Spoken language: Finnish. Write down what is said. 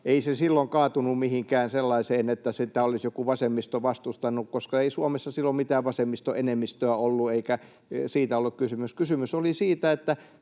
ei se silloin kaatunut mihinkään sellaiseen, että sitä olisi joku vasemmisto vastustanut, koska ei Suomessa silloin mitään vasemmistoenemmistöä ollut, eikä siitä ollut kysymys. Kysymys oli siitä,